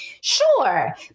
Sure